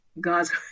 God's